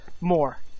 more